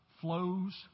flows